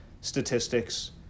statistics